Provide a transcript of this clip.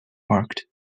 marked